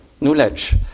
knowledge